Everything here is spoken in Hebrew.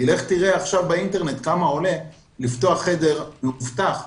תראה עכשיו באינטרנט כמה עולה לפתוח חדר מאובטח,